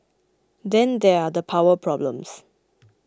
then there are the power problems